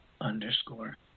underscore